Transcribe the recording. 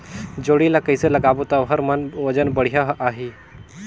जोणी ला कइसे लगाबो ता ओहार मान वजन बेडिया आही?